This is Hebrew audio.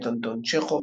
מאת אנטון צ'כוב,